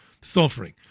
suffering